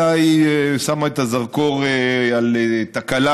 אלא היא שמה את הזרקור על תקלה,